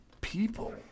people